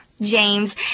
James